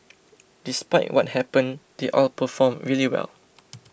despite what happened they all performed really well